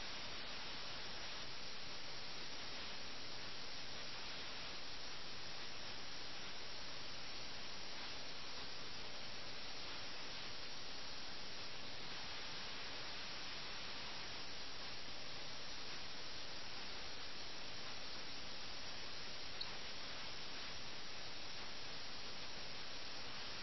ഈ ചെസ്സ് കളിയോടുള്ള അഭിനിവേശം കാരണം ജീവൻ നഷ്ടപ്പെട്ട രണ്ട് കളിക്കാരുടെ പ്രവർത്തനങ്ങളെക്കുറിച്ച് കെട്ടിടങ്ങൾ തന്നെ അഭിപ്രായപ്പെടുമെന്ന് തോന്നുന്ന വിധത്തിൽ കഥയുടെ അവസാനത്തിൽ ഒരു തരം നരവംശ പ്രഭാവം ഇവിടെയുണ്ട്